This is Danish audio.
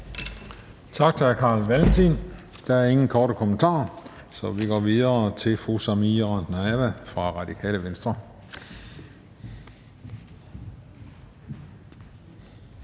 Tak til hr. Carl Valentin. Der er ingen korte bemærkninger, så vi går videre til fru Samira Nawa fra Radikale Venstre.